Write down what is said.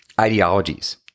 ideologies